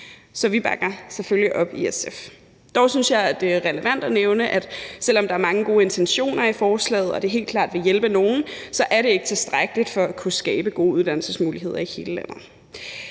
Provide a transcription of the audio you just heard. op om det i SF. Dog synes jeg, at det er relevant at nævne, at selv om der er mange gode intentioner i forslaget, og at det helt klart vil hjælpe nogle, er det ikke tilstrækkeligt for at kunne skabe gode uddannelsesmuligheder i hele landet.